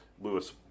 lewis